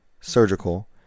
surgical